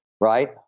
right